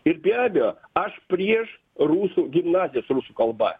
ir be abejo aš prieš rusų gimnazijos rusų kalba